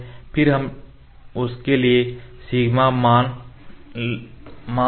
फिर उसके लिए सिग्मा मान है